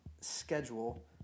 schedule